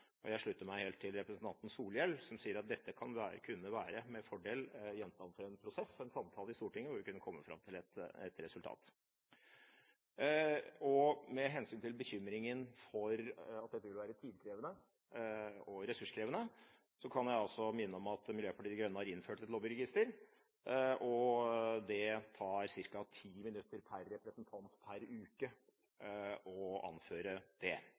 Jeg slutter meg helt til representanten Solhjell, som sa at dette med fordel kunne være gjenstand for en prosess, en samtale, i Stortinget, hvor vi kunne komme fram til et resultat. Med hensyn til bekymringen for at dette vil være tidkrevende og ressurskrevende, kan jeg minne om at Miljøpartiet De Grønne har innført et lobbyregister. Det tar ca. ti minutter per representant per uke å vedlikeholde det.